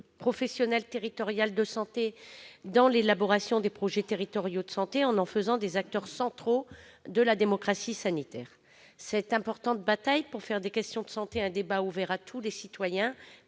professionnelles territoriales de santé dans l'élaboration des projets territoriaux de santé, en en faisant des acteurs centraux de la démocratie sanitaire. Cette importante bataille pour faire des questions de santé un débat ouvert à tous les citoyens